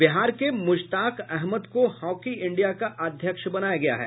बिहार के मुश्ताक अहमद को hockey India का अध्यक्ष बनाया गया है